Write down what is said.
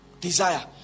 Desire